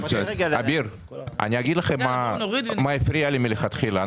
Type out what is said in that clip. אגיד לכם מה הפריע לי מלכתחילה.